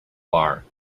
bar